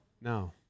no